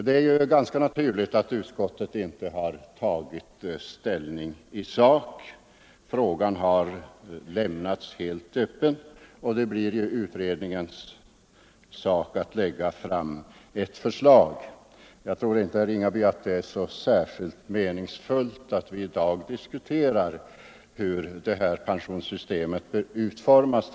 Det är naturligt att socialförsäkringsutskottet inte har tagit ställning i sak utan lämnat frågan öppen. Det blir utredningens sak att lägga fram förslag. Jag tror inte, herr Ringaby, att det är särskilt meningsfullt att vi i dag diskuterar hur pensionssystemet bör utformas.